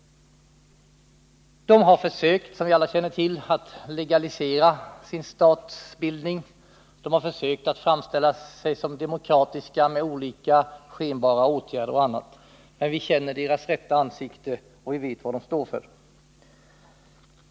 De har försökt, som vi alla känner till, att legalisera sin statsbildning. De har försökt att framställa sig som demokratiska, med hjälp av olika skenbara åtgärder. Men vi känner deras rätta ansikte och vet vad de står för.